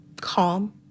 calm